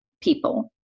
people